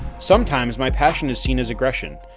sometimes my passion is seen as aggression.